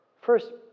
First